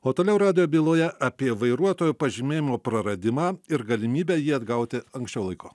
o toliau radijo byloje apie vairuotojo pažymėjimo praradimą ir galimybę jį atgauti anksčiau laiko